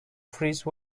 freeze